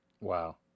Wow